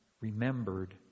remembered